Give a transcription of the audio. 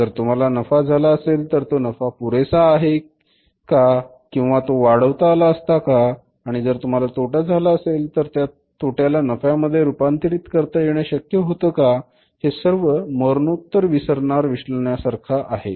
जर तुम्हाला नफा झाला असेल तर तो नफा पुरेसा आहे का किंवा तो वाढवता आला असता का आणि जर तुम्हाला तोटा झाला असेल तर या तोट्याला नफ्यामध्ये रूपांतरित करता येणं शक्य होतं का हे सर्व मरणोत्तर विसरणार विश्लेषणा सारखे आहे